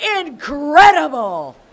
Incredible